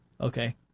Okay